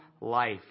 life